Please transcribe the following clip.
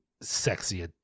sexy